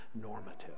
normative